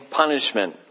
punishment